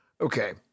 Okay